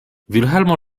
vilhelmo